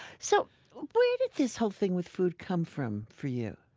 so where did this whole thing with food come from for you?